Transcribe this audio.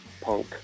punk